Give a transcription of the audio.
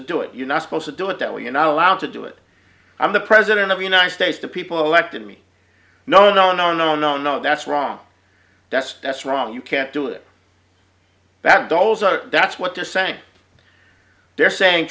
to do it you're not supposed to do it that way you're not allowed to do it i'm the president of the united states the people elected me no no no no no no that's wrong that's that's wrong you can't do it that doles or that's what they're saying they're saying